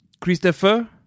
Christopher